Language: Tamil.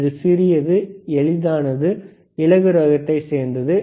இது சிறிது எளிதானது எடை குறைந்தது